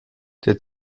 der